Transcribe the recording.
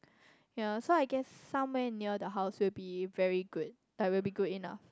yea so I guess somewhere near the house will be very good like will be good enough